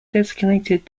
designated